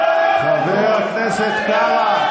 כל הכבוד חבר הכנסת קארה,